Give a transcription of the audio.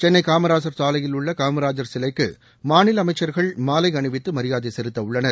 சென்னை காமராசர் சாலையில் உள்ள காமராஜர் சிலைக்கு மாநில அமைச்சர்கள் மாலை அணிவித்து மரியாதை செலுத்தவுள்ளனர்